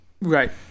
right